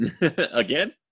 Again